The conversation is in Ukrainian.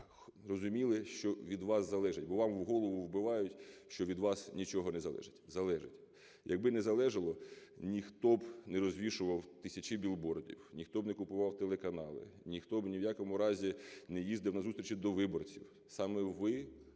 розуміли, що від вас залежить, бо вам у голову вбивають, що від вас нічого не залежить. Залежить! Якби не залежало, ніхто б не розвішував тисячі білбордів, ніхто б не купував телеканали, ніхто б ні в якому разі не їздив на зустрічі до виборців. Саме ви